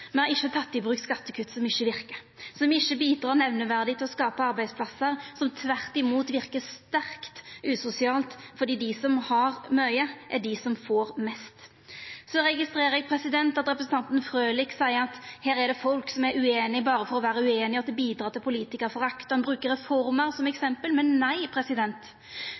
Me har ikkje teke i bruk skattekutt som ikkje verkar, som ikkje bidrar nemneverdig til å skapa arbeidsplassar, som tvert imot verkar sterkt usosialt, fordi dei som har mykje, er dei som får mest. Så registrerer eg at representanten Frølich seier at her er det folk som er ueinige berre for å vera ueinige, og at det bidrar til politikarforakt. Han brukar reformer som eksempel. Men nei,